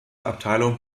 abteilung